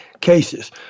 cases